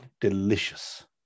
delicious